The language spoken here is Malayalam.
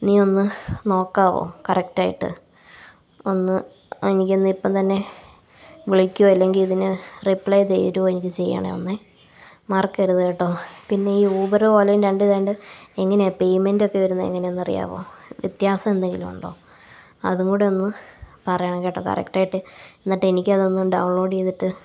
നീ ഒന്ന് നോക്കാമോ കറക്റ്റായിട്ട് ഒന്ന് എനിക്കൊന്ന് ഇപ്പോൾ തന്നെ വിളികുവോ അല്ലെങ്കിൽ ഇതിന് റിപ്ലേ തരുവോ ചെയ്യണേ ഒന്ന് മറക്കരുത് കേട്ടോ പിന്നെ ഈ ഊബറും ഓലെയും രണ്ടും രണ്ട് എങ്ങനെയാണ് പെയ്മെൻറ്റൊക്കെ വരുന്നത് എങ്ങനയാന്ന് അറിയാവോ വ്യത്യാസം എന്തെങ്കിലും ഉണ്ടോ അത് കൂടെ ഒന്ന് പറയണേ കേട്ടോ കറക്റ്റായിട്ട് എന്നിട്ട് എനിക്കതൊന്ന് ഡൌൺലോഡ് ചെയ്തിട്ട്